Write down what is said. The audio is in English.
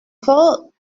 fault